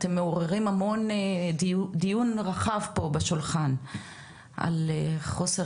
אתם מעוררים דיון רחב פה בשולחן על חוסר